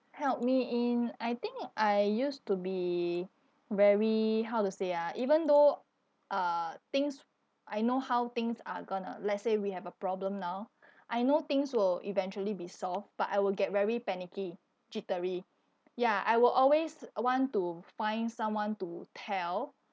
help me in I think I used to be very how to say ah even though uh things I know how things are going to let's say we have a problem now I know things will eventually be solve but I will get very panicky jittery ya I will always want to find someone to tell